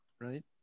right